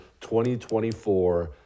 2024